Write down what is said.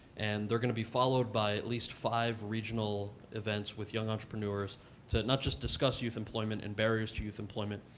and they're going to be followed by at least five regional events with young entrepreneurs to not just discuss youth employment and various youth employment,